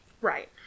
Right